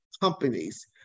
companies